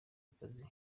akazi